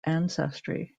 ancestry